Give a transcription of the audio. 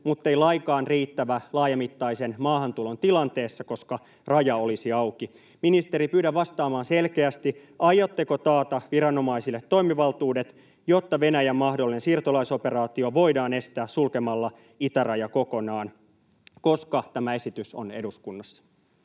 muttei lainkaan riittävä laajamittaisen maahantulon tilanteessa, koska raja olisi auki. Ministeri, pyydän vastaamaan selkeästi: Aiotteko taata viranomaisille toimivaltuudet, jotta Venäjän mahdollinen siirtolaisoperaatio voidaan estää sulkemalla itäraja kokonaan? Koska tämä esitys on eduskunnassa?